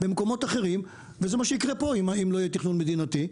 מה שיקרה פה אם לא יהיה תכנון מדינתי,